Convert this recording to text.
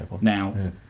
Now